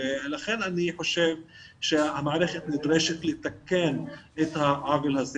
לכן אני חושב שהמערכת נדרשת לתקן את העוול הזה,